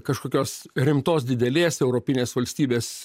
kažkokios rimtos didelės europinės valstybės